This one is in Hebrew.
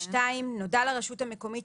נודע לרשות המקומית,